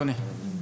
אדוני.